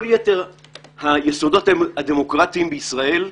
כל יתר היסודות הדמוקרטיים בישראל,